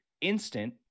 instant